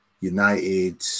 United